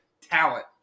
talent